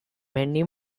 mendi